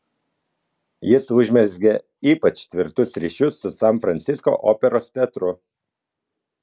jis užmezgė ypač tvirtus ryšius su san francisko operos teatru